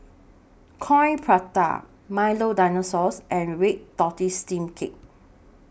Coin Prata Milo Dinosaur and Red Tortoise Steamed Cake